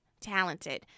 talented